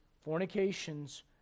fornications